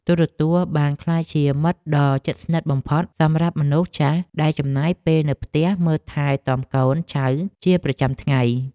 ទូរទស្សន៍បានក្លាយជាមិត្តដ៏ជិតស្និទ្ធបំផុតសម្រាប់មនុស្សចាស់ដែលចំណាយពេលនៅផ្ទះមើលថែទាំកូនចៅជាប្រចាំថ្ងៃ។